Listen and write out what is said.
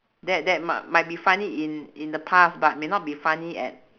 that that mi~ might be funny in in the past but may not be funny at